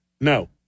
No